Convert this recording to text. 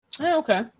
Okay